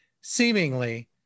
seemingly